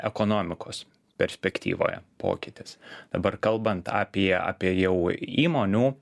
ekonomikos perspektyvoje pokytis dabar kalbant apie apie jau įmonių